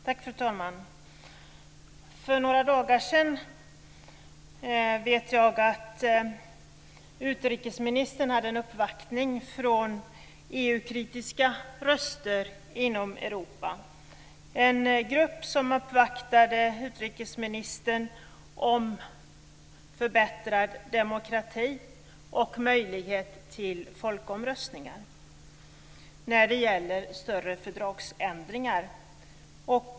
Fru talman! Jag vet att utrikesministern för några dagar sedan hade en uppvaktning från EU-kritiska röster inom Europa. Det var en grupp som uppvaktade utrikesministern om förbättrad demokrati och möjlighet till folkomröstningar när det gäller större fördragsändringar.